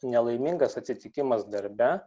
nelaimingas atsitikimas darbe